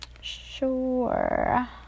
Sure